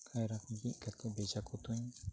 ᱠᱟᱭᱨᱟ ᱠᱚ ᱵᱤᱫ ᱠᱟᱛᱮᱫ ᱵᱮᱡᱷᱟ ᱠᱚ ᱛᱩᱧ